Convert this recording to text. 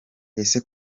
ese